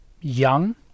young